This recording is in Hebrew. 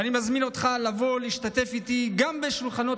ואני מזמין אתך לבוא להשתתף איתי גם בשולחנות